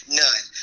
none